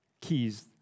keys